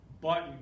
button